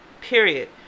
Period